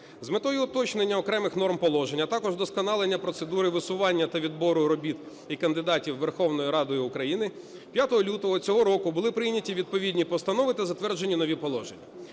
З метою уточнення окремих норм положення, а також вдосконалення процедури висування та відбору робіт і кандидатів Верховною Радою України, 5 лютого цього року були прийняті відповідні постанови та затверджені нові положення.